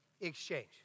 exchange